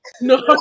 No